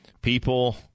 People